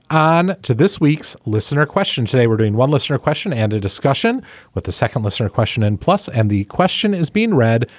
on to this week's listener question. today we're doing one listener question and a discussion with the second listener question and plus. and the question is being read,